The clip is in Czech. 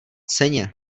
ceně